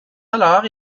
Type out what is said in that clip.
alors